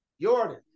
Jordan